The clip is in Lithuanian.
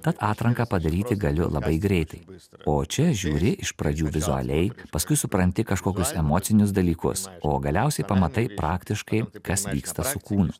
tad atranką padaryti galiu labai greit o čia žiūri iš pradžių vizualiai paskui supranti kažkokius emocinius dalykus o galiausiai pamatai praktiškai kas vyksta su kūnu